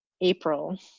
April